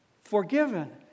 forgiven